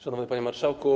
Szanowny Panie Marszałku!